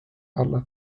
alla